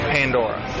Pandora